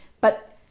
But-